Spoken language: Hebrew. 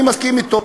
אני מסכים אתו.